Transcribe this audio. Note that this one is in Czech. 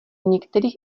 některých